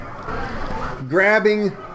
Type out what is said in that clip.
Grabbing